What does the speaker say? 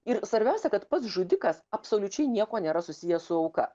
ir svarbiausia kad pats žudikas absoliučiai nieko nėra susijęs su auka